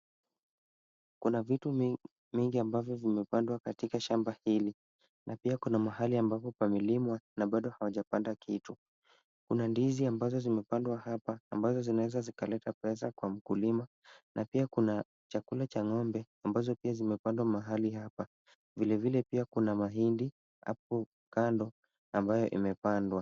Kuna vitu mingi ambavyo vimepandwa katika shamba hili na pia kuna mahali ambapo pamelimwa na bado hawajapanda kitu. Kuna ndizi ambazo zimepandwa hapa ambazo zinaweza zikaleta pesa kwa mkulima na pia kuna chakula cha ngo'mbe ambazo pia zimepandwa mahali hapa. Vile vile pia kuna mahindi hapo kando ambayo imepandwa.